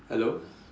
hello